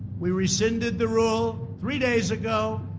we rescinded the rule three days ago.